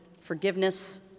forgiveness